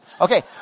Okay